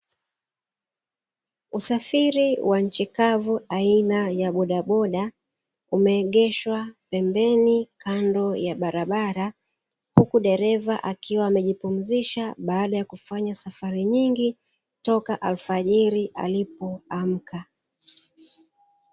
Usafiri wa nchi kavu aina ya bodaboda imeegeshwa pembeni kando ya barabara, huku dereva akiwa amejipumzisha baada ya kufanya safari nyingi toka alfajiri alipoamka.